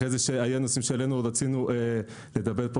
אחרי זה כשהעלינו נושאים לפעמים שמעת,